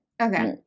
okay